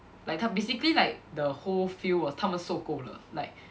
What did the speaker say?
like 他 basically like the whole field was 他们受够了 like